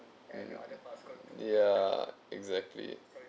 mm ya exactly